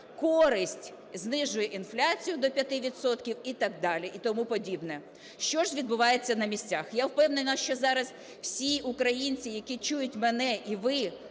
користь, знижує інфляцію до 5 відсотків і так далі, і тому подібне. Що ж відбувається на місцях? Я впевнена, що зараз всі українці, які чують мене, і ви,